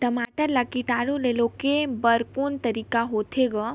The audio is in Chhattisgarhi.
टमाटर ला कीटाणु ले रोके बर को तरीका होथे ग?